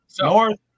North